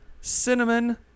cinnamon